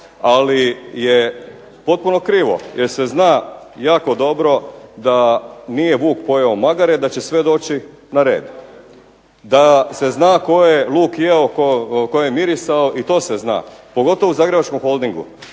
ali je potpuno krivo jer se zna jako dobro da nije vuk pojeo magare, da će sve doći na red. Da se zna tko je luk jeo, tko je mirisao i to se zna. Pogotovo u zagrebačkom Holdingu